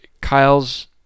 Kyle's